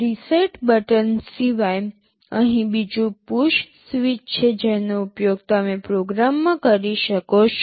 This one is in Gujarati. રીસેટ બટન સિવાય અહીં બીજું પુશ સ્વીચ છે જેનો ઉપયોગ તમે પ્રોગ્રામમાં કરી શકો છો